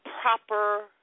proper